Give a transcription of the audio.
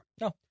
No